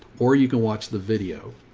or you can watch the video.